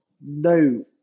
no